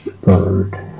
bird